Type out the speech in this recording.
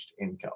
income